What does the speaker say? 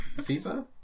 FIFA